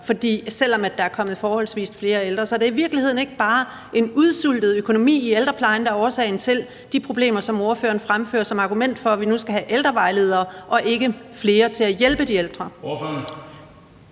selv om der er kommet forholdsvis flere ældre. Så er det i virkeligheden ikke bare en udsultet økonomi i ældreplejen, der er årsagen til de problemer, som ordføreren fremfører som argument for, at vi nu skal have ældrevejledere og ikke flere til at hjælpe de ældre?